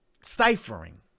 ciphering